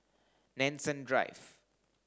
Nanson Drive